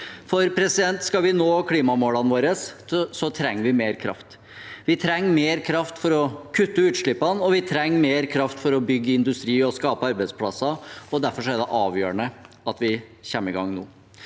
driftsperioden. Skal vi nå klimamålene våre, trenger vi mer kraft. Vi trenger mer kraft for å kutte utslippene, og vi trenger mer kraft for å bygge industri og skape arbeidsplasser. Derfor er det avgjørende at vi kommer i gang nå.